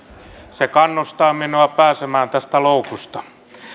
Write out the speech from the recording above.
se kannustaa minua pääsemään tästä loukusta